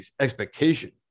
expectation